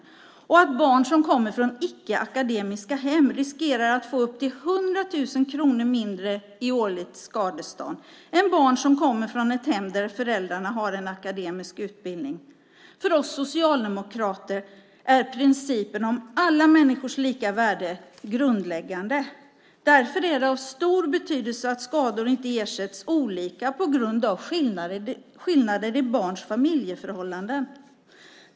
Den visade också att barn som kommer från icke akademiska hem riskerar att få upp till 100 000 kronor mindre i årligt skadestånd än barn som kommer från hem där föräldrarna har en akademisk utbildning. För oss socialdemokrater är principen om alla människors lika värde grundläggande. Därför är det av stor betydelse att skador inte ersätts olika på grund av skillnader i barns familjeförhållanden.